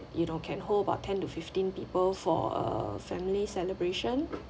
you know can hold about ten to fifteen people for a family celebration